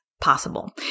possible